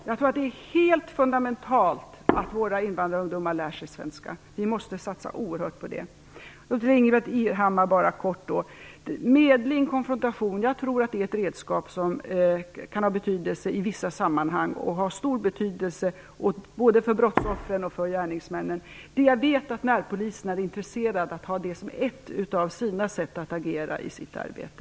Ja, det är helt fundamentalt att våra invandrarungdomar lär sig svenska. Vi måste satsa oerhört på det. Till Ingbritt Irhammar vill jag bara kort säga att jag tror att medling och konfrontation är ett redskap som kan ha betydelse i vissa sammanhang och ha stor betydelse både för brottsoffren och för gärningsmännen. Jag vet att närpoliserna är intresserade av att ha det som ett av sina sätt att agera i sitt arbete.